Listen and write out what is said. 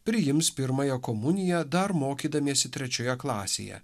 priims pirmąją komuniją dar mokydamiesi trečioje klasėje